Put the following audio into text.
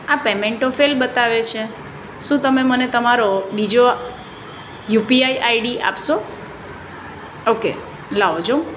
આ પેમેન્ટ તો ફેલ બતાવે છે શું તમે મને તમારો બીજો યુપીઆઈ આઈડી આપશો ઓકે લાવો જો